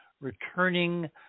returning